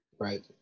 Right